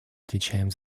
отвечаем